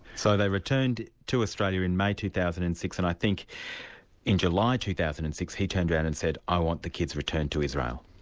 so they returned to australia in may, two thousand and six and i think in july two thousand and six, he turned around and said, i want the kids returned to israel.